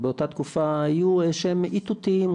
באותה תקופה היו איזה שהם איתותים,